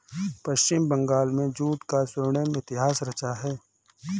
पश्चिम बंगाल में जूट का स्वर्णिम इतिहास रहा है